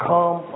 Come